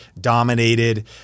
dominated